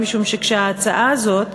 משום שכשההצעה הזאת,